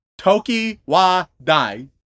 Tokiwadai